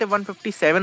157